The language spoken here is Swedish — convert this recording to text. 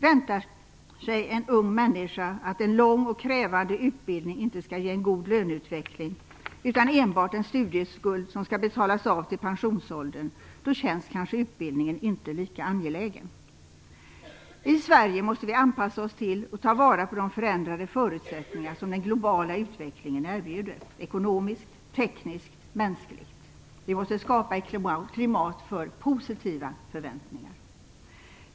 Väntar sig en ung människa att en lång och krävande utbildning inte skall ge en god löneutveckling utan enbart en studieskuld som skall betalas av till pensionsåldern känns kanske utbildningen inte lika angelägen. I Sverige måste vi anpassa oss till och ta vara på de förändrade förutsättningar som den globala utvecklingen erbjuder ekonomiskt, tekniskt och mänskligt. Vi måste skapa ett klimat för positiva förväntningar.